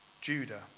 Judah